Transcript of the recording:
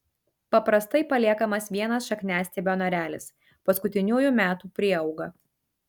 paprastai paliekamas vienas šakniastiebio narelis paskutiniųjų metų prieauga